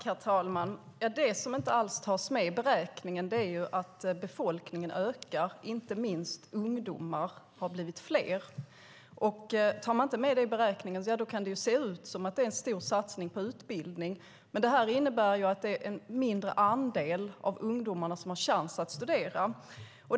Herr talman! Det som inte alls tas med i beräkningen är att befolkningen ökar, inte minst har ungdomarna blivit fler. Tar man inte med det i beräkningen kan det ju se ut som om det är en stor satsning på utbildning. Men det här innebär ju att det är en mindre andel av ungdomarna som har chans att studera.